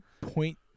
point